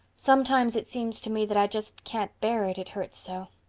sometimes it seems to me that i just can't bear it, it hurts so.